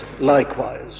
likewise